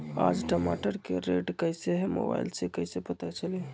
आज टमाटर के रेट कईसे हैं मोबाईल से कईसे पता चली?